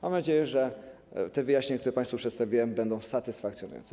Mam nadzieję, że te wyjaśnienia, które państwu przedstawiłem, będą satysfakcjonujące.